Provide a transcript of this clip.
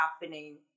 happening